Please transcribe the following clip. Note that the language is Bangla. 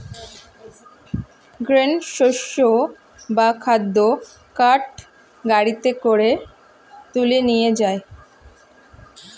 গ্রেন শস্য বা খাদ্য কার্ট গাড়িতে করে তুলে নিয়ে যায়